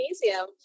magnesium